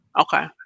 Okay